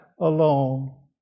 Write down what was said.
alone